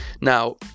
Now